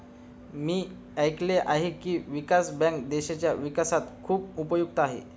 मी ऐकले आहे की, विकास बँक देशाच्या विकासात खूप उपयुक्त आहे